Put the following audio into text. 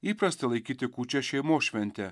įprasta laikyti kūčias šeimos švente